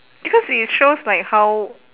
because it shows like how